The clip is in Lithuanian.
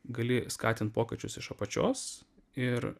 gali skatint pokyčius iš apačios ir